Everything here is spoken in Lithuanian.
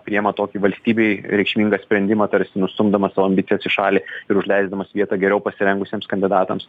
priima tokį valstybei reikšmingą sprendimą tarsi nustumdamas savo ambicijas į šalį ir užleisdamas vietą geriau pasirengusiems kandidatams